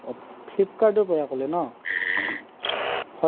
ফ্লিপকাৰ্টৰ পৰা ক'লে ন'